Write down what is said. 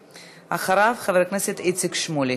אחריו, חבר הכנסת איציק שמולי.